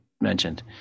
mentioned